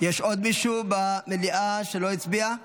יש עוד מישהו במליאה שלא הצביע?